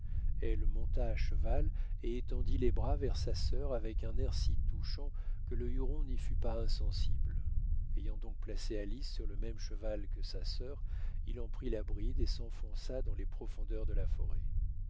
elle monta à cheval et étendit les bras vers sa sœur avec un air si touchant que le huron n'y fut pas insensible ayant donc placé alice sur le même cheval que sa sœur il en prit la bride et s'enfonça dans les profondeurs de la forêt